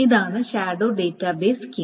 ഇതാണ് shadow database scheme